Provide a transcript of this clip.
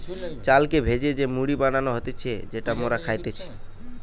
চালকে ভেজে যে মুড়ি বানানো হতিছে যেটা মোরা খাইতেছি